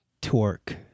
Torque